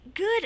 Good